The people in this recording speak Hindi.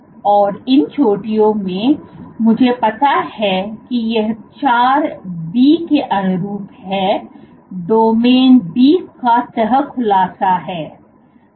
और इन चोटियाँ मैं मुझे पता है कि ये चार B के अनुरूप हैं डोमिन B का तह खुलासा है